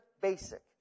basic